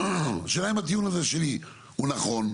השאלה היא האם הטיעון הזה שלי הוא נכון,